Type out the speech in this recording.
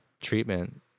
treatment